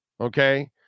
Okay